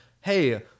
hey